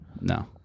No